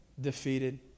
defeated